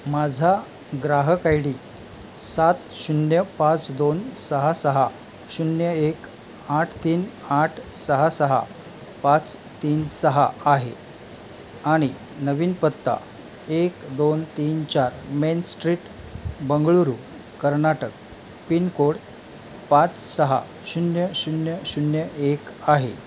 माझा ग्राहक I D सात शून्य पाच दोन सहा सहा शून्य एक आठ तीन आठ सहा सहा पाच तीन सहा आहे आणि नवीन पत्ता एक दोन तीन चार main street Bengaluru Karnataka pin code पाच सहा शून्य शून्य शून्य एक आहे